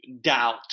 doubt